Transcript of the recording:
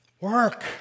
work